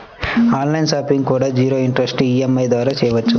on line shopping కూడా zero interest EMI ద్వారా చెయ్యొచ్చు